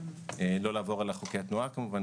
לא לעבור על חוקי התנועה כמובן,